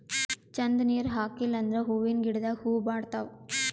ಛಂದ್ ನೀರ್ ಹಾಕಿಲ್ ಅಂದ್ರ ಹೂವಿನ ಗಿಡದಾಗ್ ಹೂವ ಬಾಡ್ತಾವ್